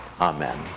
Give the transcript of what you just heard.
Amen